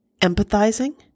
empathizing